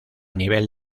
nivel